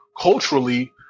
culturally